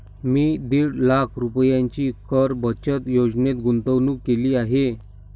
मी दीड लाख रुपयांची कर बचत योजनेत गुंतवणूक केली आहे